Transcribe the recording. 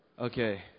okay